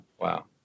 Wow